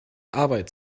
arbeit